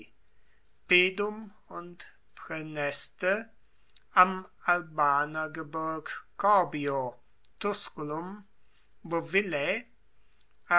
und praeneste am albaner gebirg corbio tusculum